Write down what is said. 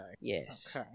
Yes